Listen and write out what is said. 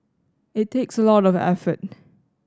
it takes a lot of effort